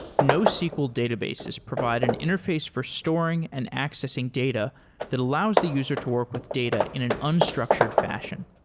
nosql databases provide an interface for storing and accessing data that allows the user to work with data in an unstructured fashion.